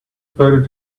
better